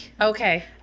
Okay